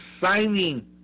signing